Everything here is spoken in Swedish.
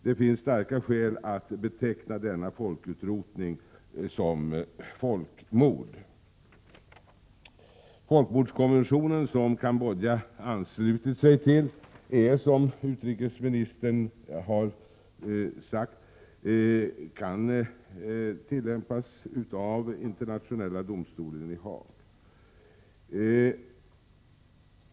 Det finns starka skäl att beteckna denna folkutrotning som ett folkmord. Folkmordskonventionen, som Cambodja har anslutit sig till, kan, som utrikesministern har sagt, tillämpas av Internationella domstolen i Haag.